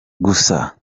gusa